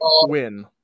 win